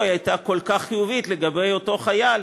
הייתה כל כך חיובית לגבי אותו חייל